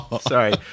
Sorry